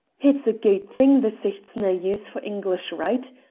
it's a guid thing the sicht's nae use for english write,